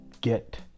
get